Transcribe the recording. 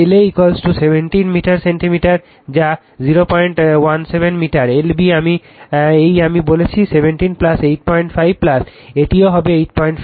L A 17 metre centimetre যা 017 metre L B এই আমি বলেছি 17 85 এই দিকটিও 85